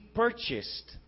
purchased